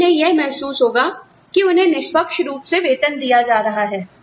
तभी उन्हें यह महसूस होगा कि उन्हें निष्पक्ष रुप से वेतन दिया जा रहा है